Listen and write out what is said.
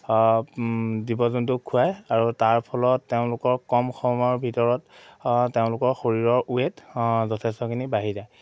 জীৱ জন্তু খুৱায় আৰু তাৰ ফলত তেওঁলোকৰ কম সময়ৰ ভিতৰত শৰীৰৰ ৱেট যথেষ্টখিনি বাঢ়ি যায়